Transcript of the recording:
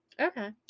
Okay